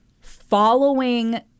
following